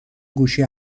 گوشی